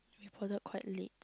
you boarded quite late